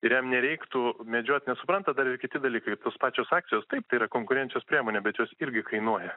ir jam nereiktų medžiot nes suprantat dar ir kiti dalykai tos pačios akcijos taip tai yra konkurencijos priemonė bet jos irgi kainuoja